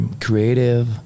creative